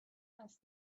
asked